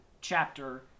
chapter